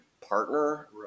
partner